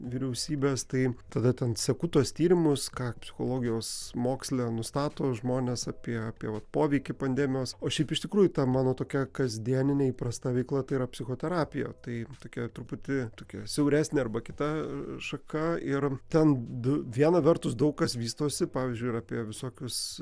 vyriausybės tai tada ten seku tuos tyrimus ką psichologijos moksle nustato žmonės apie apie vat poveikį pandemijos o šiaip iš tikrųjų ta mano tokia kasdieninė įprasta veikla tai yra psichoterapija tai tokia truputį tokia siauresnė arba kita šaka ir ten viena vertus daug kas vystosi pavyzdžiui ir apie visokius